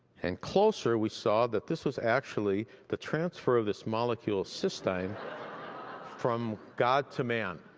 and closer, we saw that this was actually the transfer of this molecule cystine from god to man.